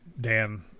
Dan